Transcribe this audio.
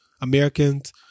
Americans